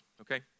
okay